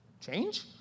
Change